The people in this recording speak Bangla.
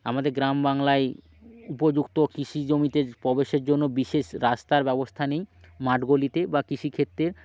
আমাদের গ্রাম বাংলায় উপযুক্ত কৃষি জমিতে প্রবেশের জন্য বিশেষ রাস্তার ব্যবস্থা নেই মাঠ গলিতে বা কৃষিক্ষেত্রে